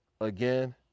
again